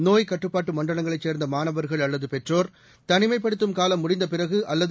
நோய்க் கட்டுப்பாட்டு மண்டலங்களைச் சேர்ந்த மாணவர்கள் அல்லது பெற்றோர் தனிமைப்படுத்தும் காலம் முடிந்தபிறகு அல்லது